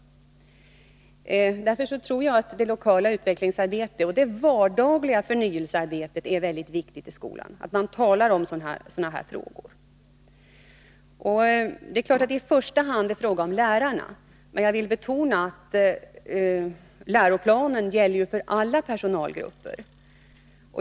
Därför tror jag att det lokala utvecklingsarbetet och det vardagliga förnyelsearbetet i skolan — att man talar om sådana här frågor — är mycket viktigt. Det är klart att det här i första hand är fråga om lärarna, men jag vill betona att läroplanen gäller för alla skolans personalgrupper.